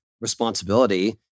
responsibility